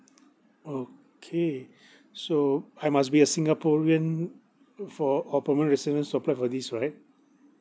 okay so I must be a singaporean mm for or permanent resident to apply for this right